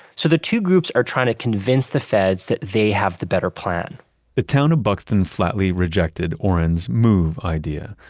so the two groups are trying to convince the feds that they have the better plan the town of buxton flatly rejected orrin's move idea.